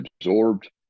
absorbed